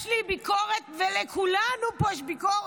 יש לי ביקורת, ולכולנו פה יש ביקורת.